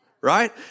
right